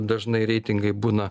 dažnai reitingai būna